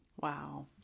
wow